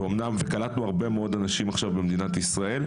קלטנו הרבה מאוד אנשים עכשיו במדינת ישראל.